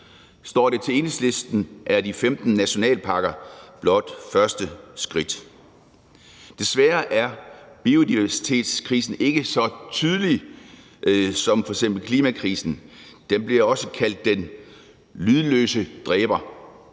Står det til Enhedslisten, er de 15 naturnationalparker blot første skridt. Desværre er biodiversitetskrisen ikke så tydelig som f.eks. klimakrisen. Den bliver også kaldt den lydløse dræber.